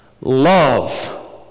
love